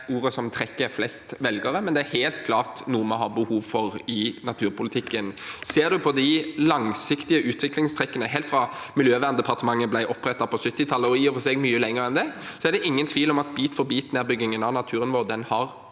ordet som trekker flest velgere, men det er helt klart noe vi har behov for i naturpolitikken. Ser man på de langsiktige utviklingstrekkene helt fra Miljøverndepartementet ble opprettet på 1970-tallet, og i og for seg mye lenger tilbake enn det, er det ingen tvil om at bit-for-bit-nedbyggingen av naturen vår har